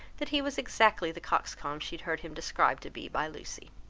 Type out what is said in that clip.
that he was exactly the coxcomb she had heard him described to be by lucy.